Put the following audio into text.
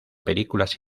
películas